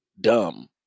dumb